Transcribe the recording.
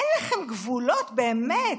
איך לכם גבולות, באמת.